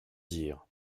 dire